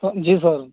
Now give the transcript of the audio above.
ہاں جی سر